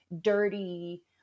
dirty